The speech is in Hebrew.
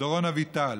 דורון אביטל.